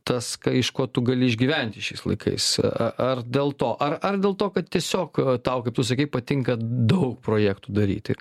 tas ką iš ko tu gali išgyventi šiais laikais a a ar dėl to ar ar dėl to kad tiesiog tau kaip tu sakei patinka daug projektų daryti